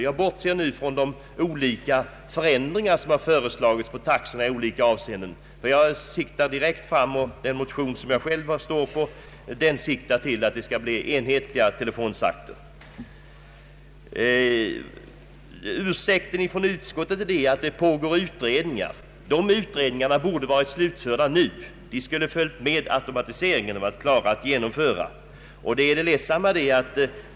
Jag bortser nu från de olika förändringar som föreslagits beträffande taxorna i olika avseenden. Den motion som jag själv skrivit under siktar till enhetliga telefontaxor. Ursäkten från utskottet är att utredningar pågår. De utredningarna borde ha varit slutförda nu. De skulle ha följt med automatiseringen och man borde ha kunnat genomföra de förslag som utredningarna eventuellt lagt fram.